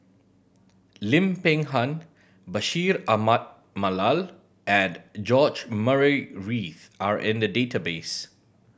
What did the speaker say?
Lim Peng Han Bashir Ahmad Mallal and George Murray Reith are in the database